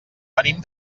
venim